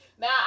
Now